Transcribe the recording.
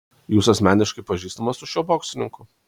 jūs asmeniškai pažįstamas su šiuo boksininku